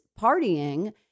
partying